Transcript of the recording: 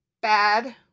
bad